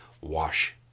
wash